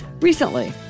recently